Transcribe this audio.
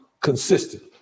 consistent